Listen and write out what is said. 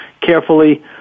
carefully